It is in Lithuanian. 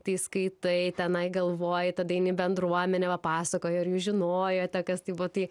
tai skaitai tenai galvoji tada eini bendruomenę papasakoji ar jūs žinojote kas tai buvo tai